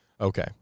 Okay